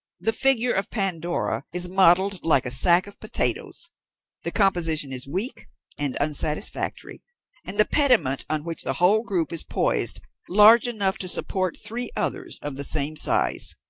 the figure of pandora is modelled like a sack of potatoes the composition is weak and unsatisfactory and the pediment on which the whole group is poised large enough to support three others of the same size.